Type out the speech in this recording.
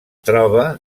troba